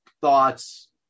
thoughts